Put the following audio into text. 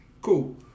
Cool